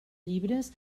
llibres